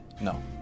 No